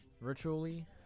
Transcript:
virtually